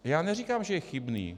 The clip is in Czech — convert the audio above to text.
Já neříkám, že je chybný.